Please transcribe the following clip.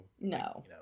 No